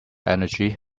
energy